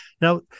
Now